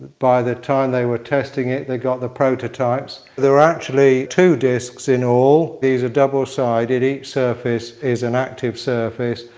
by the time they were testing it they got the prototypes. there are actually two discs in all these are double sided and each surface is an active surface.